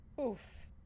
Oof